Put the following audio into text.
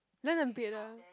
learn a bit lah